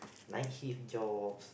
night shift jobs